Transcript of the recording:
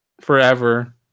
forever